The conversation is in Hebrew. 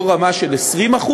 לא רמה של 20%,